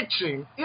itching